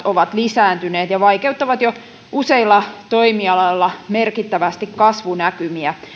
ovat lisääntyneet ja vaikeuttavat jo useilla toimialoilla merkittävästi kasvunäkymiä